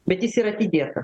bet jis yra atidėta